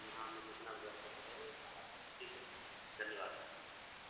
جی ہاں ہم لوکیشن آپ کو واٹس ایپ پہ کر دیں گے آپ آ جائیے ٹھیک ہے دھنیواد